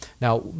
now